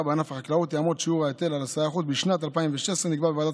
בענף החקלאות יעמוד שיעור ההיטל על 10%. בשנת 2016 נקבע בוועדת